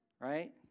right